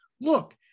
look